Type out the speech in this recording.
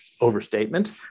overstatement